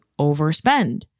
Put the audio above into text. overspend